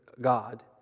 God